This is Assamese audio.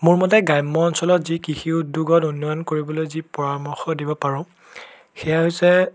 মোৰ মতে গ্ৰাম্য অঞ্চলত যি কৃষি উদ্যোগত উন্নয়ন কৰিবলৈ যি পৰামৰ্শ দিব পাৰোঁ সেয়া হৈছে